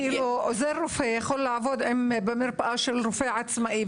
עוזר רופא יכול לעבוד במרפאה של רופא עצמאי,